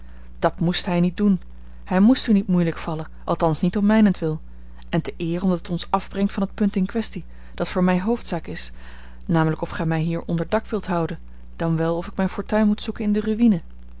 dat moest hij niet doen hij moest u niet moeilijk vallen althans niet om mijnentwil en te eer omdat het ons afbrengt van het punt in kwestie dat voor mij hoofdzaak is namelijk of gij mij hier onder dak wilt houden dan wel of ik mijn fortuin moet zoeken in de ruïne